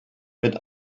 mit